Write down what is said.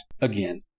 again